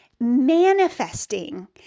manifesting